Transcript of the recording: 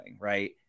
Right